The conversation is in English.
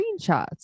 screenshots